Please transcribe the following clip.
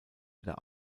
wieder